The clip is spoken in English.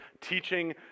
teaching